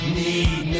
need